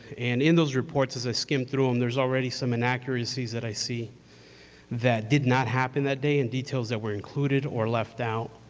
and in those reports, as i skim through them, there's already some inaccuracies that i see that did not happen that day and details that were included or left out.